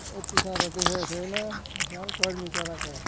यति साह्रो देखेको छैन यो साल कर्मी चराको